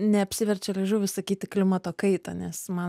neapsiverčia liežuvis sakyti klimato kaitą nes man